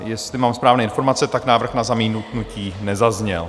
Jestli mám správné informace, návrh na zamítnutí nezazněl.